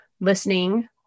listening